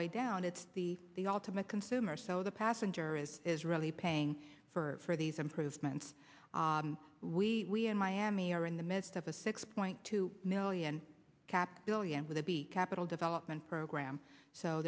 way down it's the the ultimate consumer so the passenger is is really paying for these improvements we in miami are in the midst of a six point two million cap billion with a b capital development program so